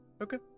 Okay